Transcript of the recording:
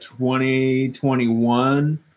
2021